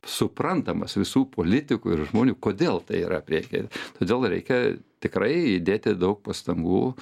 suprantamas visų politikų ir žmonių kodėl tai yra priekyje todėl reikia tikrai įdėti daug pastangų